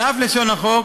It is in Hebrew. על אף לשון החוק,